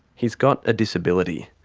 he's got a disability.